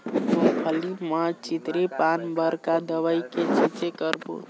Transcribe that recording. मूंगफली म चितरी पान बर का दवई के छींचे करबो?